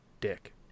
dick